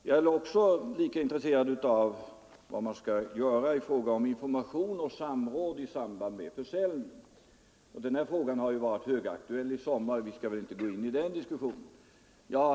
Jag är också intresserad av vad man skall kunna göra i fråga om information och samråd i samband med försäljning. Denna fråga har varit högaktuell i sommar, men vi skall väl inte gå in i den diskussionen.